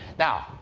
now,